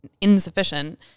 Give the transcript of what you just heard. insufficient